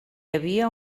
havia